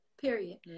period